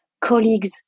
colleagues